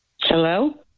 Hello